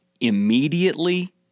Immediately